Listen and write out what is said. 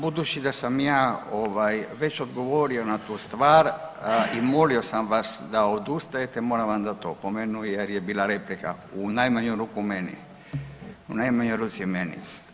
Budući da sam ja ovaj već odgovorio na tu stvar i molio sam vas da odustajete moram vam dati opomenu jer je bila replika u najmanju ruku meni, u najmanjoj ruci meni.